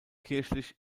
kirchlich